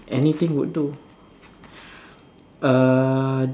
anything would do uh